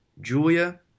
Julia